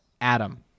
Adam